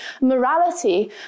morality